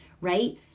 right